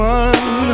one